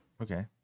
okay